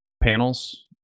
panels